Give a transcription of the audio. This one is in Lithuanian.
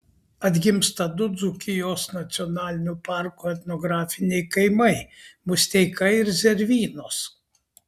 atgimsta du dzūkijos nacionalinio parko etnografiniai kaimai musteika ir zervynos